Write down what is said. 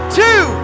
two